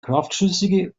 kraftschlüssige